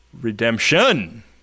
Redemption